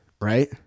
Right